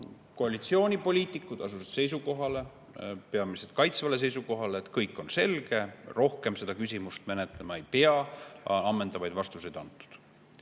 Koalitsioonipoliitikud asusid seisukohale, peamiselt kaitsvale seisukohale, et kõik on selge, rohkem seda küsimust menetlema ei pea ja ammendavad vastused on antud.